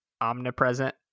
omnipresent